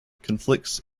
conflicts